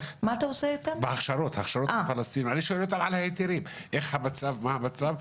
אני שואל אותם על ההיתרים, איך המצב ומה המצב.